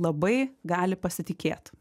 labai gali pasitikėt